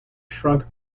shrunk